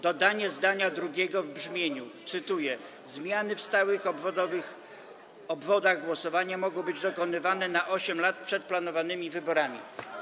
dodania zdania drugiego w brzmieniu: „Zmiany w stałych obwodach głosowania mogą być dokonywane na 8 lat przed planowanymi wyborami”